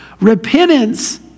Repentance